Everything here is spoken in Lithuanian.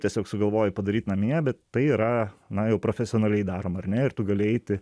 tiesiog sugalvoji padaryt namie bet tai yra na jau profesionaliai daroma ar ne ir tu gali eiti